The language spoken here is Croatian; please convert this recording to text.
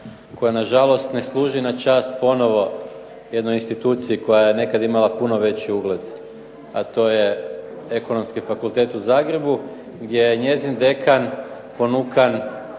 koja nažalost ne služi na čast ponovno jednoj instituciji koja je nekada imala puno veći ugled, a to je Ekonomski fakultet u Zagrebu, gdje je njezin dekan ponukan